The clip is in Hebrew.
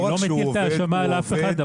אני לא מטיל את האשמה על אף אחד,